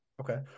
Okay